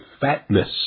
fatness